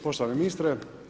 Poštovani ministre.